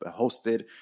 hosted